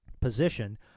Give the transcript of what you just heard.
Position